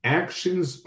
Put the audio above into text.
actions